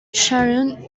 sharon